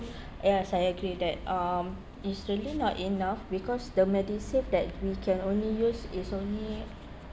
yes I agree with that um is really not enough because the medisave that we can only use is only